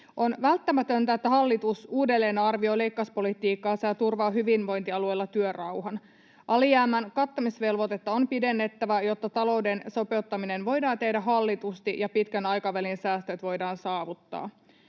On välttämätöntä, että hallitus uudelleenarvioi leikkauspolitiikkaansa ja turvaa hyvinvointialueilla työrauhan. Alijäämän kattamisvelvoitetta on pidennettävä, jotta talouden sopeuttaminen voidaan tehdä hallitusti ja pitkän aikavälin säästöt voidaan saavuttaa.